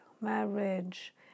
Marriage